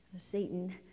Satan